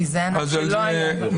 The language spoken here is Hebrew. כי זה ענף שלא היה ברשויות המקומיות.